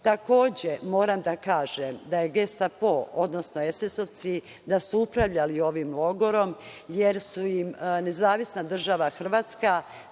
moram da kažem da je Gestapo, odnosno SS-ovci, da su upravljali ovim logorom, jer su im Nezavisna Država Hrvatska